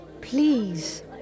Please